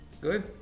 Good